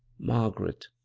margaret.